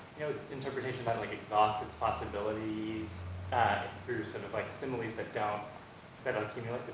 you know, interpretation might, like exhaust its possibilities through sort of like similes that don't yeah don't simulate,